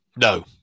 No